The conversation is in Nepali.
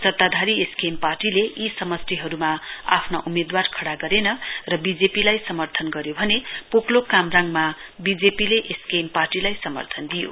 सत्ताधारी एसकेएम पार्टीले यी समष्टिहरूमा आफ्ना उम्मेद्वार खडा गरेन र बीजेपी लाई समर्थन गऱ्यो भने पोकलेक कामराङमा बीजेपीले एसकेएम पार्टीलाई समर्थन दियो